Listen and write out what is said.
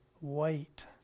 wait